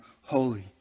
holy